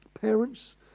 Parents